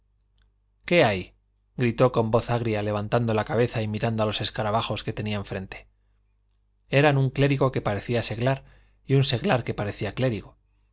qué hay gritó con voz agria levantando la cabeza y mirando a los escarabajos que tenía enfrente eran un clérigo que parecía seglar y un seglar que parecía clérigo